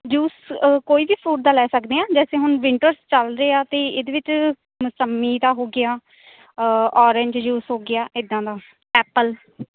juice ਕੋਈ ਵੀ fruit ਦਾ ਲੈ ਸਕਦੇ ਹਾਂ ਜੈਸੇ ਹੁਣ ਵਿੰਟਰਸ ਚੱਲ ਰਹੇ ਆ ਅਤੇ ਇਹਦੇ ਵਿੱਚ ਮੁਸੰਮੀ ਦਾ ਹੋ ਗਿਆ ਔਰੇਂਜ ਜੂਸ ਹੋ ਗਿਆ ਇੱਦਾਂ ਦਾ ਐਪਲ